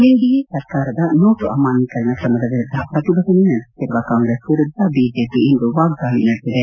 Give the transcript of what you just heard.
NDA ಸರ್ಕಾರದ note ಅಮಾನ್ಸೀಕರಣ ಕ್ರಮದ ವಿರುದ್ದ ಪ್ರತಿಭಟನೆ ನಡೆಸುತ್ತಿರುವ ಕಾಂಗ್ರೆಸ್ ವಿರುದ್ದ ಬಿಜೆಪಿ ಇಂದು ವಾಗ್ಲಾಳಿ ನಡೆಸಿದೆ